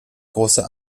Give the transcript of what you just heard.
großer